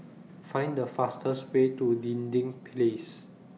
Find The fastest Way to Dinding Place